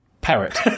Parrot